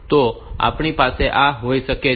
તો આપણી પાસે આ હોઈ શકે છે